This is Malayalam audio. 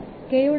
k യുടെ മൂല്യം 1